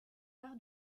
part